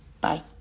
Bye